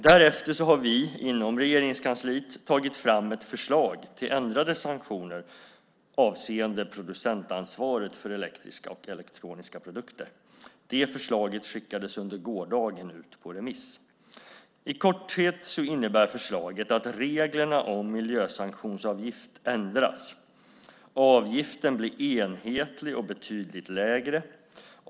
Därefter har vi inom Regeringskansliet tagit fram ett förslag till ändrade sanktioner avseende producentansvaret för elektriska och elektroniska produkter. Detta förslag skickades under gårdagen ut på remiss. I korthet innebär förslaget att reglerna om miljösanktionsavgift ändras. Avgiften blir enhetlig och betydligt lägre.